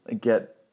get